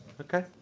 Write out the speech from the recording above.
Okay